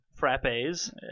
frappes